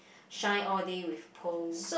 shine all day with poll